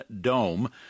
Dome